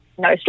no